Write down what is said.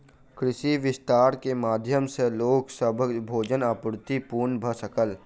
कृषि विस्तार के माध्यम सॅ लोक सभक भोजन आपूर्ति पूर्ण भ सकल